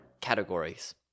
categories